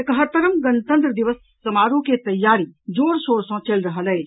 एकहत्तरम गणतंत्र दिवस समारोह के तैयारी जोर शोर सँ चलि रहल अछि